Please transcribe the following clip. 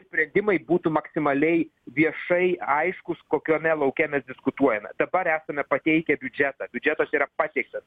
sprendimai būtų maksimaliai viešai aiškūs kokiame lauke mes diskutuojame dabar esame pateikę biudžetą biudžetas yra pateiktas